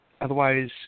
Otherwise